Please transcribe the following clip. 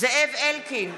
זאב אלקין,